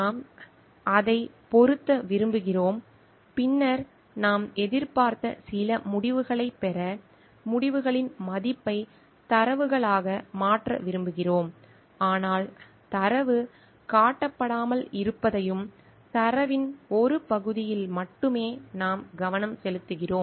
நாம் அதை பொருத்த விரும்புகிறோம் பின்னர் நாம் எதிர்பார்த்த சில முடிவுகளைப் பெற முடிவுகளின் மதிப்பை தரவுகளாக மாற்ற விரும்புகிறோம் ஆனால் தரவு காட்டப்படாமல் இருப்பதையும் தரவின் ஒரு பகுதியில் மட்டுமே நாம் கவனம் செலுத்துகிறோம்